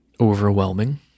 overwhelming